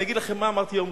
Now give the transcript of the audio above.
אני אגיד לכם מה אמרתי היום